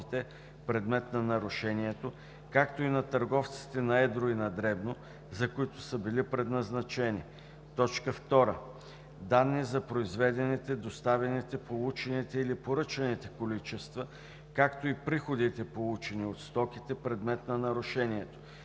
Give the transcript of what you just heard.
предмет на нарушението, както и на търговците на едро и на дребно, за които са били предназначени; 2. данни за произведените, доставените, получените или поръчаните количества, както и приходите, получени от стоките – предмет на нарушението,